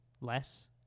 Less